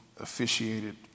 officiated